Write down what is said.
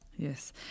Yes